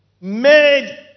made